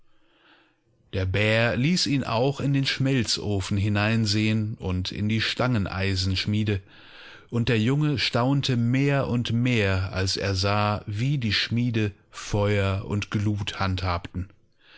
der bär ließ ihn auch in den schmelzofen hineinsehen und in die stangeneisenschmiede undderjungestauntemehrundmehr alsersah wie die schmiede feuer und glut handhabten